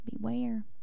beware